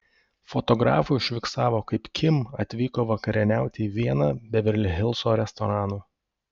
fotografai užfiksavo kaip kim atvyko vakarieniauti į vieną beverli hilso restoranų